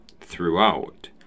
throughout